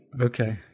Okay